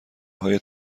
های